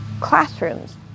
classrooms